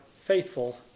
faithful